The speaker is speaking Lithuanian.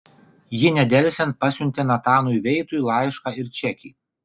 ji nedelsiant pasiuntė natanui veitui laišką ir čekį